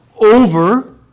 over